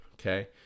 okay